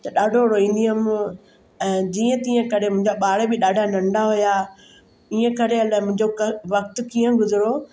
त ॾाढो रोईंदी हुयमि ऐं जीअं तीअं करे मुंहिंजा ॿार बि ॾाढा नंढा हुया ईअं करे अलाए मुंहिंजो कर वक़्तु कीअं गुज़िरियो